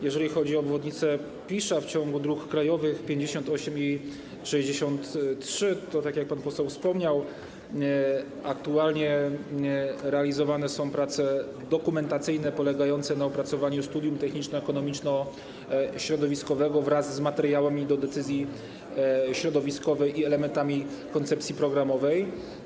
Jeżeli chodzi o obwodnicę Pisza w ciągu dróg krajowych 58 i 63, to tak jak pan poseł wspomniał, aktualnie realizowane są prace dokumentacyjne polegające na opracowaniu studium techniczno-ekonomiczno-środowiskowego wraz z materiałami do decyzji środowiskowej i elementami koncepcji programowej.